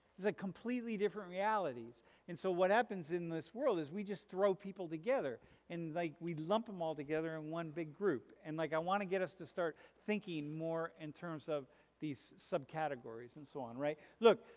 it's like completely different realities and so what happens in this world is we just throw people together and like we lump them all together in one big group and like i want to get us to start thinking more in terms of these sub categories and so on, right? look